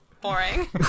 boring